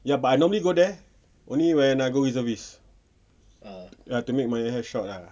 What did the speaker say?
ya but I normally go there only when I go reservist ya to make my hair short ah